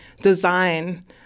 design